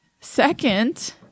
Second